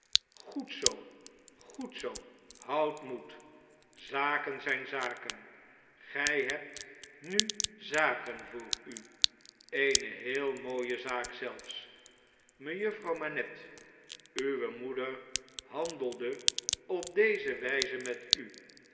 goed zoo goed zoo houd raoed zaken zjjn zaken grjj hebt nu zaken voor u eene heel mooie zaak zelfs mejuffrouw manette uwe moeder handelde op deze wflze met u